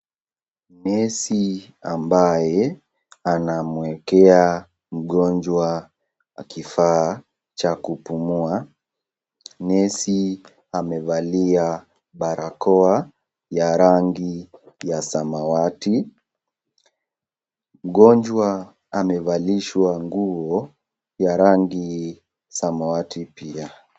Nesi ambaye anamwekea mgonjwa kifaa cha kupumua. Nesi amevalia barakoa ya rangi ya samawati. Mgonjwa amevalishwa nguo ya rangi samawati pia.